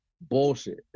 bullshit